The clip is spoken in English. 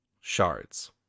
shards